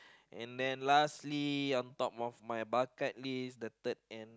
and then lastly on top of my bucket list the third and